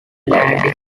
landing